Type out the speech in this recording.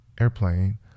airplane